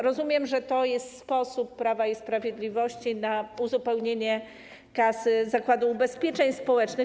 Rozumiem, że to jest sposób Prawa i Sprawiedliwości na uzupełnienie kasy Zakładu Ubezpieczeń Społecznych.